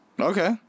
Okay